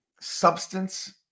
substance